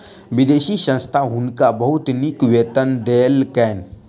विदेशी संस्था हुनका बहुत नीक वेतन देलकैन